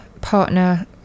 partner